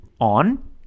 on